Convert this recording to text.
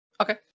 Okay